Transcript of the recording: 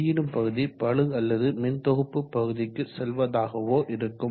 வெளியிடும் பகுதி பளு அல்லது மின்தொகுப்பு பகுதிக்கு செல்வதாகவோ இருக்கும்